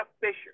Fisher